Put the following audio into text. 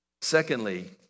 Secondly